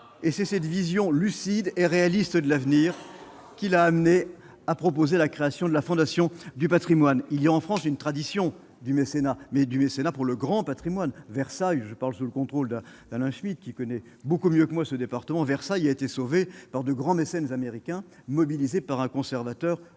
et c'est cette vision lucide et réaliste de l'avenir qui l'a amené à proposer la création de la Fondation du Patrimoine, il y a en France une tradition du mécénat, mais du mécénat pour le grand Patrimoine Versailles je parle sous le contrôle d'Alain Schmitt qui connaît beaucoup mieux que moi ce département Versailles a été sauvé par de grands mécènes américains mobilisés par un conservateur